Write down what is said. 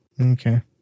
Okay